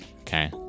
okay